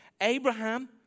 Abraham